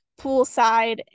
poolside